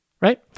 right